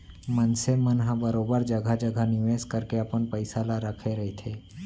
मनसे मन ह बरोबर जघा जघा निवेस करके अपन पइसा ल रखे रहिथे